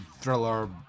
thriller